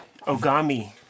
Ogami